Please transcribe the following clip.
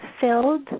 filled